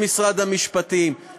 עם משרד המשפטים,